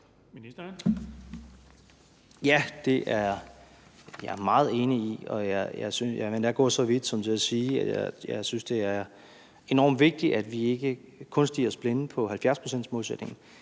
vidt som til at sige, at jeg synes, det er enormt vigtigt, at vi ikke kun stirrer os blinde på 70-procentmålsætningen.